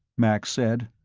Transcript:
max said.